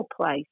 place